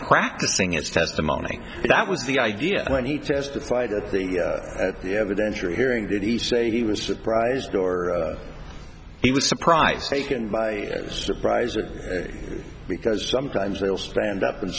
practicing it's testimony that was the idea when he testified at the evidence you're hearing did he say he was surprised or he was surprised taken by surprise or because sometimes they'll stand up and